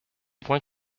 points